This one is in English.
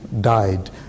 died